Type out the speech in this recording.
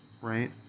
right